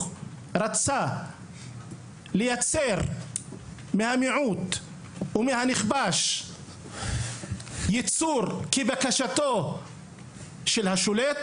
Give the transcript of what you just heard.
רצו לייצר מהמיעוט או מהנכבש ייצור כבקשתו של השולט